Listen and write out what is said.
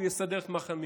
הוא יסדר את מערכת המשפט.